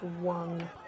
One